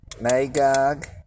Magog